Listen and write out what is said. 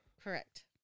Correct